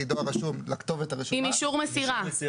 דואר רשום לכתובת הרשומה --- עם אישור מסירה.